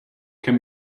can